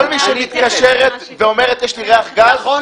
כל מי שמתקשרת ואומרת, יש לי ריח גז?